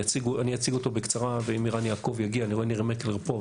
אני אציג אותו בקצרה ואם ערן יעקב יגיע אני רואה שניר מקלר פה,